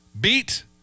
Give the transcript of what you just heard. Beat